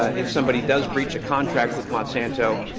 if somebody does breach a contract with monsanto,